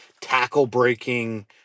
tackle-breaking